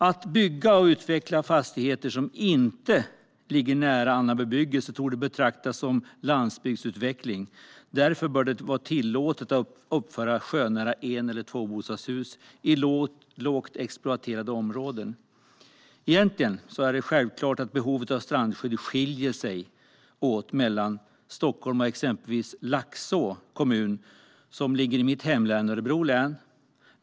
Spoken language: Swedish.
Att bygga och utveckla fastigheter som inte ligger nära annan bebyggelse borde betraktas som landsbygdsutveckling. Därför bör det vara tillåtet att uppföra sjönära en eller tvåbostadshus i lågt exploaterade områden. Egentligen är det självklart att behovet av strandskydd skiljer sig åt mellan Stockholm och exempelvis Laxå kommun, som ligger i mitt hemlän, Örebro län.